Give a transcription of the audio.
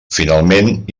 finalment